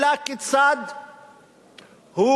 אלא כיצד הוא,